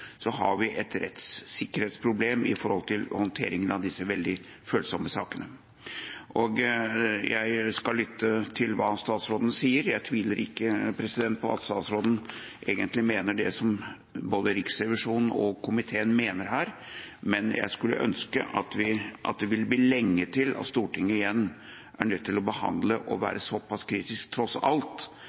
så har vi et rettssikkerhetsproblem når det gjelder håndteringa av disse veldig følsomme sakene. Jeg skal lytte til hva statsråden sier, og jeg tviler ikke på at statsråden egentlig mener det som både Riksrevisjonen og komiteen mener her. Men jeg skulle ønske at det blir lenge til Stortinget igjen er nødt til å behandle, og tross alt være såpass kritisk